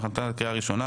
לשם הכנתה לקריאה הראשונה,